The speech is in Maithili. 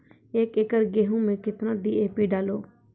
एक एकरऽ गेहूँ मैं कितना डी.ए.पी डालो?